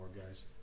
guys